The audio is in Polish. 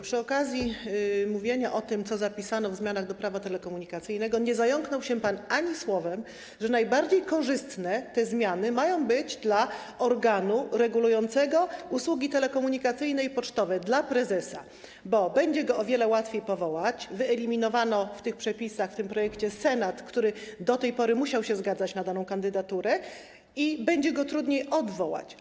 Przy okazji mówienia o tym, co zapisano w zmianach do Prawa telekomunikacyjnego, nie zająknął się pan ani słowem, że najbardziej korzystne będą te zmiany dla organu regulującego usługi telekomunikacyjne i pocztowe, dla prezesa, bo będzie go o wiele łatwiej powołać - wyeliminowano w tych przepisach, w tym projekcie Senat, który do tej pory musiał się zgodzić na daną kandydaturę - i będzie go trudniej odwołać.